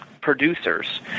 producers